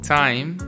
time